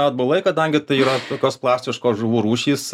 atbulai kadangi tai yra tokios plastiškos žuvų rūšys